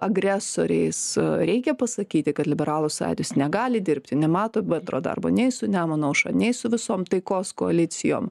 agresoriais reikia pasakyti kad liberalų sąjūdis negali dirbti nemato bendro darbo nei su nemuno aušra nei su visom taikos koalicijom